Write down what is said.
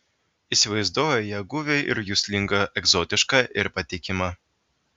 įsivaizduoju ją guvią ir juslingą egzotišką ir patikimą